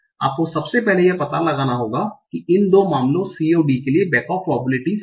आपको सबसे पहले यह पता लगाना होगा कि इन दो मामलों c और d के लिए back off probabilities क्या है